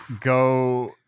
go